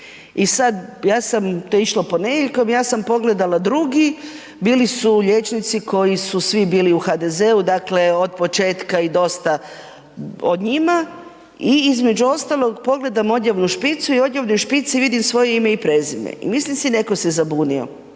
I sada ja sam, to je išlo ponedjeljkom, ja sam pogledala drugi bili su liječnici koji su svi bili u HDZ-u dakle od početka i dosta o njima i između ostalog pogledam odjavnu špicu i u odjavnoj špici vidim svoje ime i prezime i mislim netko se zabunio.